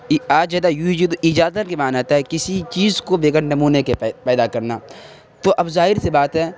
ای آجد یوجد ایجادا کے معنی آتا ہے کسی چیز کو بغیر نمونے کے پیدا کرنا تو اب ظاہر سی بات ہے